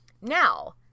Now